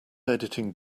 editing